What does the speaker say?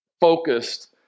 focused